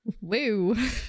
Woo